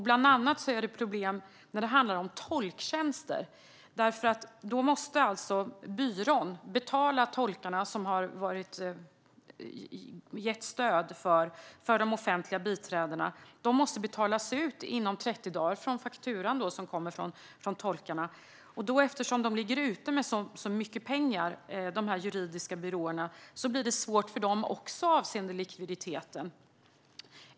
Bland annat är det problem när det handlar om tolktjänster, för byrån måste betala tolkarna som har gett stöd åt de offentliga biträdena, och ersättningarna måste betalas ut inom 30 dagar enligt fakturan som kommer från tolkarna. Eftersom de här juridiska byråerna ligger ute med så mycket pengar blir det svårt för dem också avseende likviditeten.